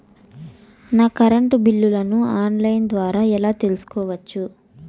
నా కరెంటు బిల్లులను online ద్వారా ఎలా తెలుసుకోవచ్చు?